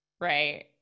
Right